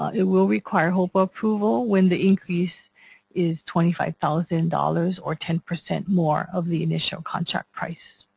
it will require hopa approval when the increase is twenty five thousand dollars or ten percent more of the initial contract price.